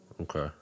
Okay